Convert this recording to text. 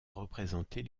représenter